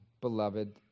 beloved